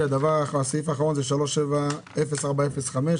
סעיף 370405,